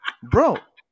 Bro